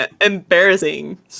embarrassing